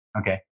Okay